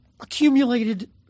accumulated